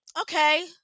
okay